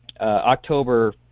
October